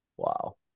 wow